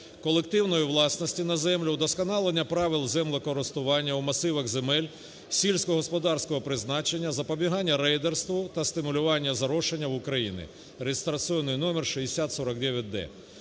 колективної власності на землю, удосконалення правил землекористування у масивах земель сільськогосподарського призначення, запобігання рейдерству та стимулювання зрошення в Україні (реєстраційний номер 6049-д).